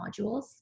modules